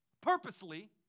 purposely